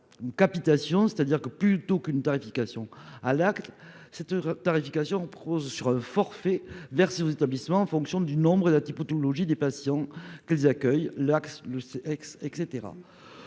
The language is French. une capitation c'est-à-dire que plutôt qu'une tarification à l'acte. Cette tarification prose sur forfait versé aux établissements en fonction du nombre et la typo tout logis des patients qu'elles accueillent l'axe le sexe et.